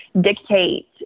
dictate